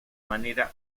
manera